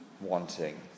wanting